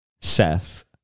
Seth